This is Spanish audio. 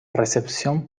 recepción